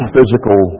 Physical